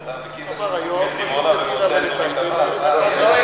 אתה מכיר את הסיפור של דימונה ומועצה אזורית תמר?